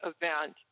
event